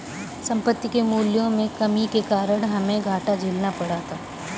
संपत्ति के मूल्यों में कमी के कारण हमे घाटा झेलना पड़ा था